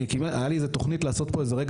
הייתה לי איזו תוכנית לעשות פה איזה רגע